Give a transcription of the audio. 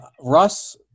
Russ